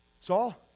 Saul